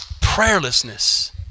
Prayerlessness